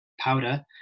powder